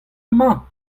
emañ